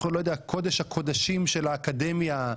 קודש הקודשים של האקדמיה,